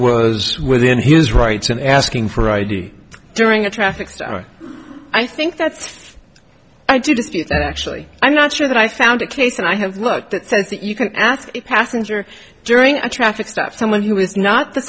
was within his rights and asking for id during a traffic stop i think that's i did actually i'm not sure that i found a case and i have looked that says that you can ask passenger during a traffic stop someone who is not the